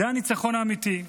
זה הניצחון האמיתי.